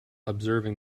observing